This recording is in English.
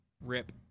rip